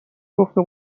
گفته